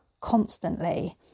constantly